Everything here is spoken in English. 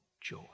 joy